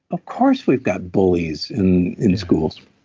of course we've got bullies in in schools